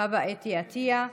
חוה אתי עטיה,